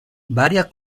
varias